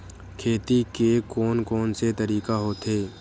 खेती के कोन कोन से तरीका होथे?